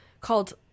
called